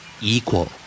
Equal